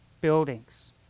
buildings